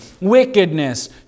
wickedness